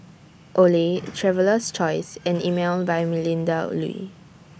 Olay Traveler's Choice and Emel By Melinda Looi